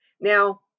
Now